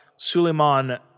Suleiman